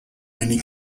many